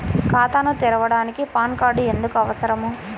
ఖాతాను తెరవడానికి PAN card ఎందుకు అవసరము?